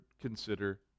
consider